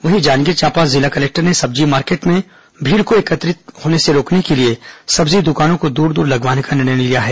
वहीं जांजगीर चांपा जिला कलेक्टर ने सब्जी मार्केट में भीड़ को एकत्रित होने से रोकने के लिए सब्जी दुकानों को दूर दूर लगवाने का निर्णय लिया है